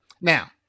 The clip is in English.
Now